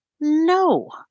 No